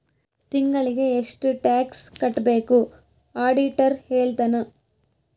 ತಿಂಗಳಿಗೆ ಎಷ್ಟ್ ಟ್ಯಾಕ್ಸ್ ಕಟ್ಬೇಕು ಆಡಿಟರ್ ಹೇಳ್ತನ